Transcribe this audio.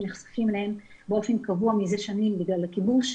נחשפים אליהם באופן קבוע מזה שנים בגלל הכיבוש,